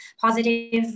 positive